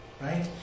Right